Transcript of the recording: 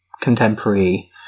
contemporary